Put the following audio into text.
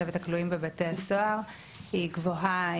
מצבת הכלואים בבתי הסוהר היא גבוהה,